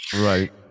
Right